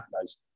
guys